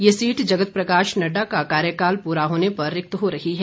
ये सीट जगत प्रकाश नडडा का कार्यकाल पूरा होने पर रिक्त हो रही है